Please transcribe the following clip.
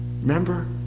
Remember